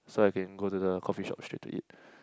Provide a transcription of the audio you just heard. so I can go to the coffee shop straight to eat